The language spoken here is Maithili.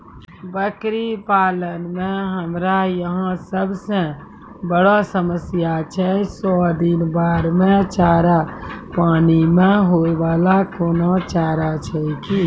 बकरी पालन मे हमरा यहाँ सब से बड़ो समस्या छै सौ दिन बाढ़ मे चारा, पानी मे होय वाला कोनो चारा छै कि?